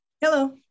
Hello